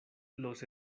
los